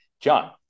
John